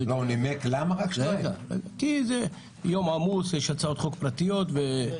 עמוס, כי יש הצעות חוק פרטיות.